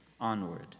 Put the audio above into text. onward